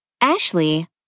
Ashley